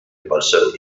person